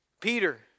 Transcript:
Peter